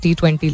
T20